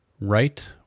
right